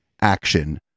action